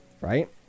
right